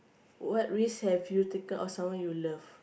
what risk have you taken oh sorry you love